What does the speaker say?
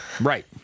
Right